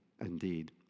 indeed